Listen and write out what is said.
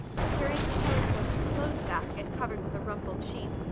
and carrying the telescope in the clothes basket covered with a rumpled sheet,